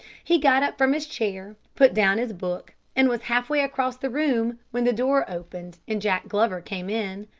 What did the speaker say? he got up from his chair, put down his book, and was half-way across the room when the door opened and jack glover came in,